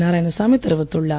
நாராயணசாமி தெரிவித்துள்ளார்